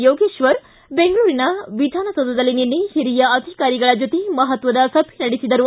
ಯೋಗೇಶ್ವರ ಬೆಂಗಳೂರಿನ ವಿಧಾನಸೌಧದಲ್ಲಿ ನಿನ್ನೆ ಹಿರಿಯ ಅಧಿಕಾರಿಗಳ ಜೊತೆ ಮಹತ್ವದ ಸಭೆ ನಡೆಸಿದರು